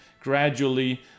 gradually